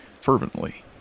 fervently